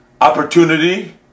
opportunity